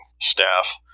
staff